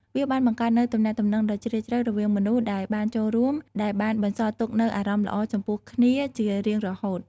វាបានបង្កើតនូវទំនាក់ទំនងដ៏ជ្រាលជ្រៅរវាងមនុស្សដែលបានចូលរួម ដែលបានបន្សល់ទុកនូវអារម្មណ៍ល្អចំពោះគ្នាជារៀងរហូត។